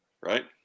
Right